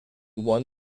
won